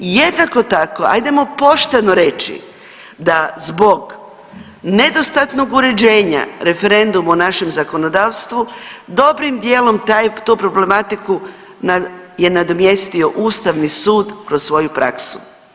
Jednako tako ajdemo pošteno reći da zbog nedostatnog uređenja referenduma u našem zakonodavstvu dobrim dijelom tu problematiku je nadomjestio Ustavni sud kroz svoju praksu.